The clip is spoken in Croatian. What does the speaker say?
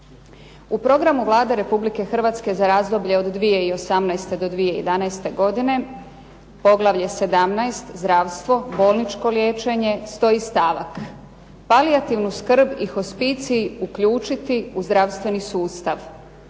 U programu Vlade Republike Hrvatske za razdoblje od 2018. do 2011. godine poglavlje 17. – zdravstvo, bolničko liječenje stoji stavak. Palijativnu skrb i hospicij uključiti u zdravstveni sustav